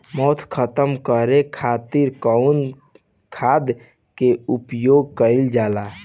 मोथा खत्म करे खातीर कउन खाद के प्रयोग कइल जाला?